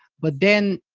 but then